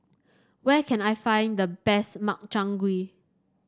where can I find the best Makchang Gui